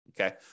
Okay